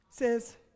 says